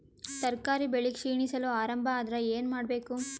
ತರಕಾರಿ ಬೆಳಿ ಕ್ಷೀಣಿಸಲು ಆರಂಭ ಆದ್ರ ಏನ ಮಾಡಬೇಕು?